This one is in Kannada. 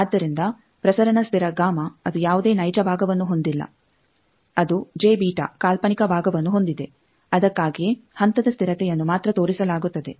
ಆದ್ದರಿಂದ ಪ್ರಸರಣ ಸ್ಥಿರ ಗಾಮಾ ಅದು ಯಾವುದೇ ನೈಜ ಭಾಗವನ್ನು ಹೊಂದಿಲ್ಲ ಅದು ಕಾಲ್ಪನಿಕ ಭಾಗವನ್ನು ಹೊಂದಿದೆ ಅದಕ್ಕಾಗಿಯೇ ಹಂತದ ಸ್ಥಿರತೆಯನ್ನು ಮಾತ್ರ ತೋರಿಸಲಾಗುತ್ತದೆ